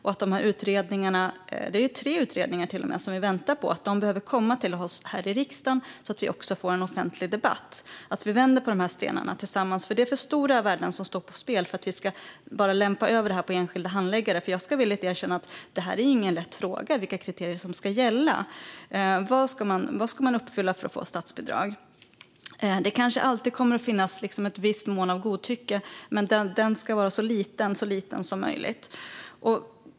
Vi väntar på tre utredningar. De behöver komma till oss här i riksdagen, så att vi får en offentlig debatt. Vi behöver vända på stenarna tillsammans. Det är för stora värden som står på spel för att vi ska lämpa över detta på enskilda handläggare. Jag ska villigt erkänna att detta inte är någon lätt fråga. Vilka kriterier ska gälla? Vad ska man uppfylla för att få statsbidrag? Det kanske alltid kommer att finnas ett visst mått av godtycke, men det ska vara så litet som möjligt.